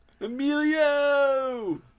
Emilio